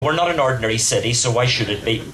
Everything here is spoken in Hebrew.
We're not an ordinary city, so why should it be?